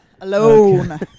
Alone